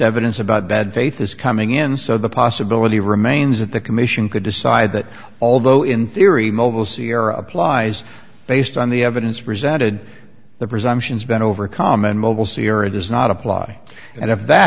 evidence about bad faith is coming in so the possibility remains that the commission could decide that although in theory mobile c r applies based on the evidence presented the presumptions bend over comment mobile sirrah does not apply and if that